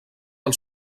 del